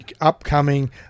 upcoming